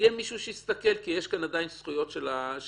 שיהיה מישהו שיסתכל כי יש כאן זכויות של הפרט.